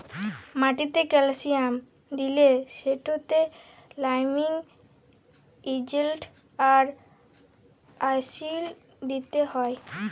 মাটিতে ক্যালসিয়াম দিলে সেটতে লাইমিং এজেল্ট আর অ্যাসিড দিতে হ্যয়